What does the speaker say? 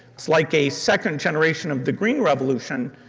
it's like a second generation of the green revolution,